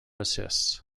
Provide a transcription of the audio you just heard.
assists